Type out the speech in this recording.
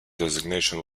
designation